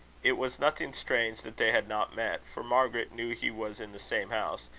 it was nothing strange that they had not met, for margaret knew he was in the same house,